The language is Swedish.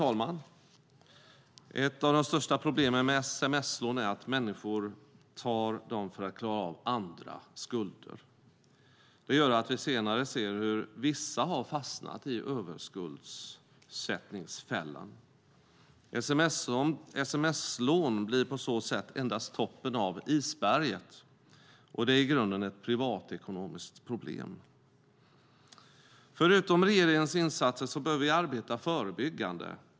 Till sist: Ett av de största problemen med sms-lån är att människor tar dem för att klara av andra skulder. Det gör att vi ser hur vissa har fastnat i överskuldsättningsfällan. Sms-lån blir på så sätt endast toppen av isberget, och det är i grunden ett privatekonomiskt problem. Förutom regeringens insatser behöver vi arbeta förebyggande.